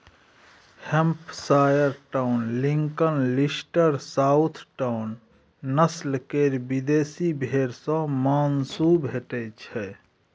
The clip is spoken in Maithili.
Hampshire town, Lincoln, Leicester, south town, नस्ल केर विदेशी भेंड़ सँ माँसु भेटैत छै